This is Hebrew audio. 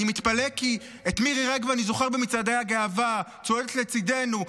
אני מתפלא כי את מירי רגב אני זוכר במצעדי הגאווה צועדת לצידנו,